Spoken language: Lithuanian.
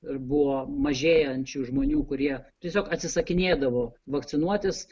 ir buvo mažėjančių žmonių kurie tiesiog atsisakinėdavo vakcinuotis